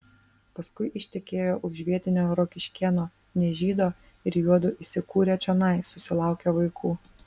paskui ištekėjo už vietinio rokiškėno ne žydo ir juodu įsikūrę čionai susilaukė vaikų